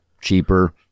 cheaper